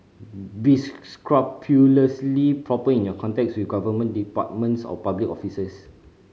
be scrupulously proper in your contacts with government departments or public officers